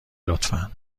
لطفا